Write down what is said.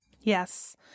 Yes